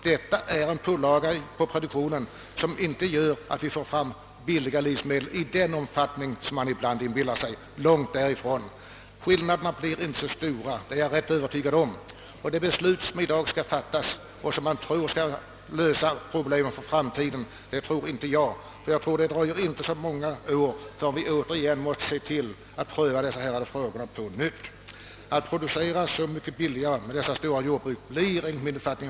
Detta medför pålagor på produktionen och har till följd, att vi inte får fram billiga livsmedel i den omfattning som man ibland inbillar sig. Skillnaderna bli inte så stora — det är jag rätt övertygad om. Det beslut, som i dag skall fattas, tror man skall lösa alla problem för framtiden. Det tror inte jag. Det dröjer säkert inte många år förrän vi åter måste ta upp dessa frågor till prövning. Det är en chimär att tro, att man skall kunna producera så mycket billigare på dessa stora jordbruk.